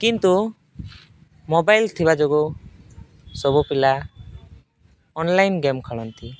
କିନ୍ତୁ ମୋବାଇଲ ଥିବା ଯୋଗୁଁ ସବୁ ପିଲା ଅନଲାଇନ୍ ଗେମ୍ ଖେଳନ୍ତି